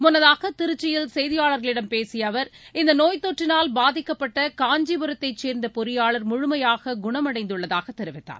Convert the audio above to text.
முன்னதாக திருச்சியில் செய்தியாளர்களிடம் பேசிய அவர் இந்த நோய்த் தொற்றினால் பாதிக்கப்பட்ட காஞ்சிபுரத்தைச் சேர்ந்த பொறியாளர் முழுமையாக குணமடைந்துள்ளதாக தெரிவித்தார்